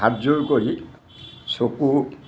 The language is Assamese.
হাতযোৰ কৰি চকু